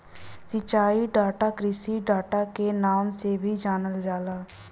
सिंचाई डाटा कृषि डाटा के नाम से भी जानल जाला